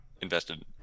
invested